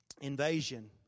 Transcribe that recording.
invasion